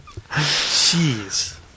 Jeez